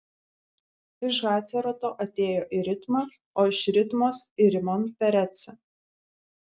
iš haceroto atėjo į ritmą o iš ritmos į rimon perecą